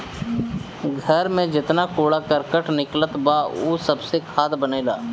घर में जेतना कूड़ा करकट निकलत बा उ सबसे खाद बनेला